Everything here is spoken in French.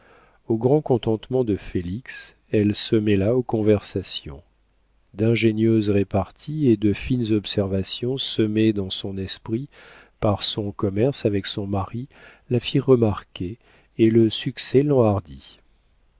au grand contentement de félix elle se mêla aux conversations d'ingénieuses reparties et de fines observations semées dans son esprit par son commerce avec son mari la firent remarquer et le succès